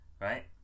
Right